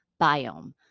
biome